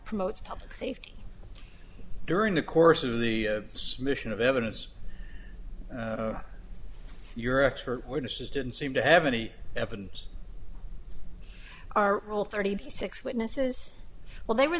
promotes public safety during the course of the mission of evidence your expert witnesses didn't seem to have any evidence our role thirty six witnesses well they were